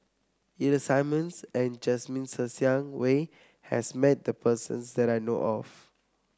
Ida Simmons and Jasmine Ser Xiang Wei has met the persons that I know of